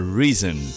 reason